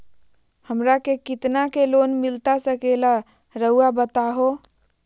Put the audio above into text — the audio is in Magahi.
हमरा के कितना के लोन मिलता सके ला रायुआ बताहो?